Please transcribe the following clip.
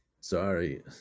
sorry